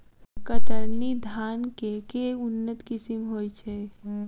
कतरनी धान केँ के उन्नत किसिम होइ छैय?